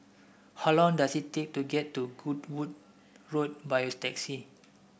how long does it take to get to Goodwood Road by taxi